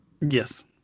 Yes